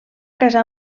casar